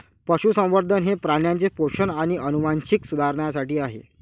पशुसंवर्धन हे प्राण्यांचे पोषण आणि आनुवंशिकता सुधारण्यासाठी आहे